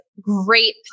Great